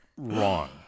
Wrong